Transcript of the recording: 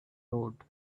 road